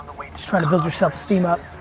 just trying to build your self esteem up.